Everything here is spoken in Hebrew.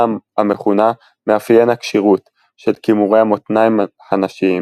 המכונה "מאפיין הכשירות" של קימורי המותניים הנשיים.